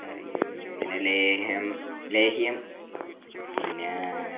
ഇതിനെ ലേഹ്യം ലേഹ്യം പിന്നെ